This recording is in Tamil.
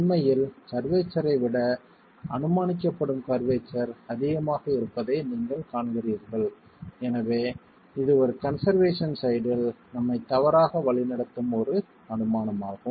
உண்மையான கர்வேச்சர் ஐ விட அனுமானிக்கப்படும் கர்வேச்சர் அதிகமாக இருப்பதை நீங்கள் காண்கிறீர்கள் எனவே இது கன்சர்வேசன் சைடில் நம்மைத் தவறாக வழிநடத்தும் ஒரு அனுமானமாகும்